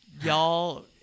y'all